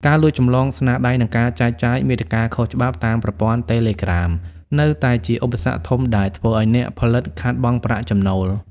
ការលួចចម្លងស្នាដៃ និងការចែកចាយមាតិកាខុសច្បាប់តាមប្រព័ន្ធតេឡេក្រាម នៅតែជាឧបសគ្គធំដែលធ្វើឱ្យអ្នកផលិតខាតបង់ប្រាក់ចំណូល។